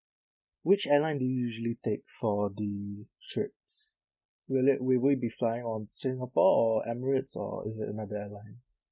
which airline do you usually take for the trips will it will we be flying on singapore or emirates or is it another airline